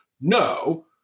No